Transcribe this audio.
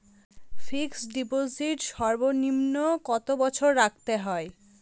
Fixed deposit সর্বনিম্ন কত বছর রাখতে হয়?